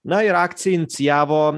na ir akciją inicijavo